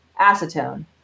acetone